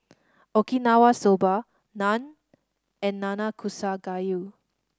Okinawa Soba Naan and Nanakusa Gayu